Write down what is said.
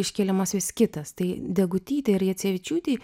iškėlimas vis kitas tai degutytei ir jacevičiūtei